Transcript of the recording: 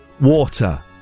water